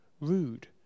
rude